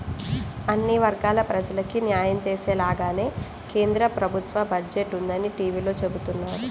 అన్ని వర్గాల ప్రజలకీ న్యాయం చేసేలాగానే కేంద్ర ప్రభుత్వ బడ్జెట్ ఉందని టీవీలో చెబుతున్నారు